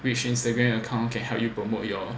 which Instagram account can help you promote your